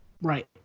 Right